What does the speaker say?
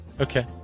okay